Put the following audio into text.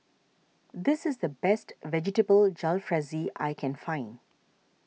this is the best Vegetable Jalfrezi I can find